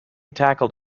tackled